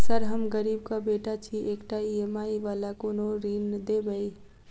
Sir हम गरीबक बेटा छी एकटा ई.एम.आई वला कोनो ऋण देबै?